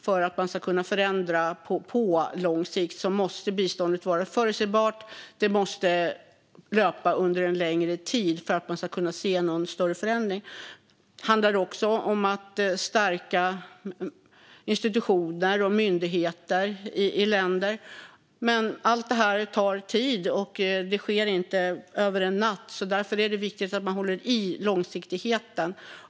För att man ska kunna se någon större förändring på lång sikt måste biståndet vara förutsägbart och löpa under en längre tid. Det handlar också om att stärka institutioner och myndigheter i länder. Men allt detta tar tid - det sker inte över en natt. Därför är det viktigt att man behåller långsiktigheten.